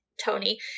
Tony